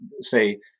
say